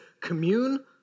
commune